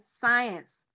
science